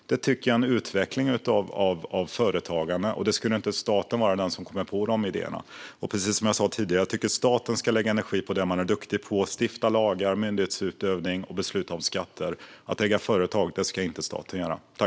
Det är en utveckling av företagande. Staten skulle inte komma på de idéerna. Precis som jag sa tidigare tycker jag att staten ska lägga energi på det den är duktig på: stifta lagar, myndighetsutövning och besluta om skatter. Att äga företag ska inte staten göra.